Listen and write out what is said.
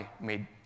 made